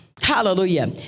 Hallelujah